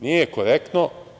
Nije korektno.